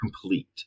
complete